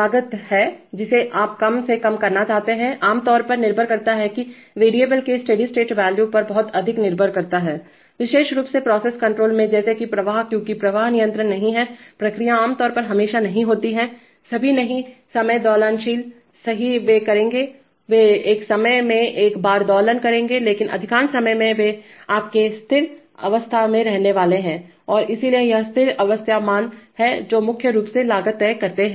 लागत है जिसे आप कम से कम करना चाहते हैंआम तौर पर निर्भर करता है की वेरिएबलचर के स्टेडी स्टेट वैल्यूस्थिर राज्य मूल्यों पर बहुत अधिक निर्भर करता है विशेष रूप से प्रोसेस कण्ट्रोलप्रक्रिया नियंत्रण में जैसे कि प्रवाह क्योंकि प्रक्रिया नियंत्रण नहीं हैंप्रक्रियाएं आमतौर पर हमेशा नहीं होती हैंसभी नहीं समय दोलनशीलसही वे करेंगेवे एक समय में एक बार दोलन करेंगे लेकिन अधिकांश समय वे आपके स्थिर अवस्था में रहने वाले हैं और इसलिए यह स्थिर अवस्था मान हैं जो मुख्य रूप से लागत तय करते हैं